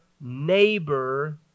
neighbor